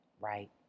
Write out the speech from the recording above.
right